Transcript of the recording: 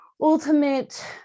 ultimate